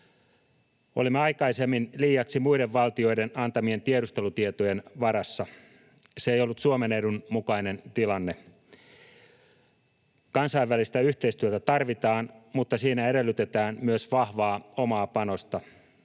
Olimme aikaisemmin liiaksi muiden valtioiden antamien tiedustelutietojen varassa. Se ei ollut Suomen edun mukainen tilanne. Kansainvälistä yhteistyötä tarvitaan, mutta siinä edellytetään myös vahvaa omaa panosta.